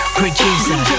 producer